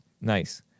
Nice